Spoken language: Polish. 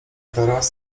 teraz